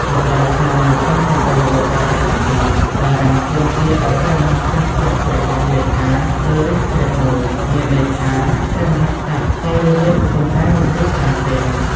មកដល់ឆ្នាំ ១៨៨៧ បារាំងទាមទារឱ្យព្រះមហាក្សត្រចុះព្រះហស្ថលេខាលើរាជក្រឹត្យមួយ មានន័យថា ព្រះមហាក្សត្រសោយរាជ្យ ប៉ុន្តែមិនត្រួតត្រាទេ។